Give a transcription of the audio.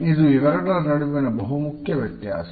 ಇದು ಇವೆರಡರ ನಡುವಿನ ಬಹುಮುಖ್ಯ ವ್ಯತ್ಯಾಸ